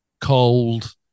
cold